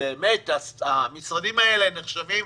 ובאמת המשרדים האלה נחשבים